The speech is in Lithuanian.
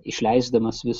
išleisdamas vis